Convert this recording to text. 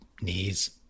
knees